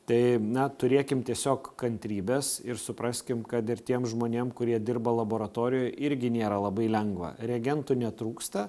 tai na turėkim tiesiog kantrybės ir supraskim kad ir tiem žmonėm kurie dirba laboratorijoj irgi nėra labai lengva reagentų netrūksta